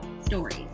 stories